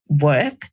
work